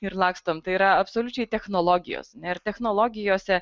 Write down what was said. ir lakstom tai yra absoliučiai technologijos ne ir technologijose